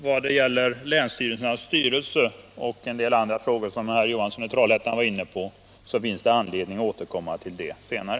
När det gäller länsstyrelsernas styrelser och en del andra frågor som herr Johansson i Trollhättan varit inne på finns det anledning att återkomma senare.